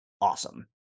awesome